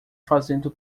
fazendo